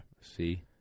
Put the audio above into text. see